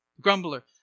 Grumbler